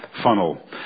funnel